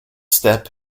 step